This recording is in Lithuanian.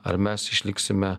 ar mes išliksime